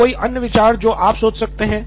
तो कोई अन्य विचार जो आप सोच सकते हैं